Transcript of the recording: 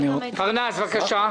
איתן פרנס, בבקשה.